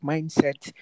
Mindset